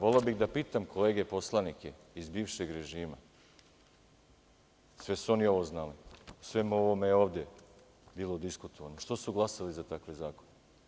Voleo bih da pitam kolege poslanike iz bivšeg režima, sve su oni ovo znali, o svemu ovome ovde je bilo diskutovano, što su glasali za takve zakone?